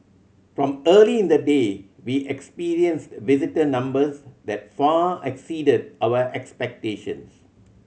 from early in the day we experienced visitor numbers that far exceeded our expectations